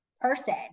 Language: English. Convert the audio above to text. person